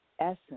essence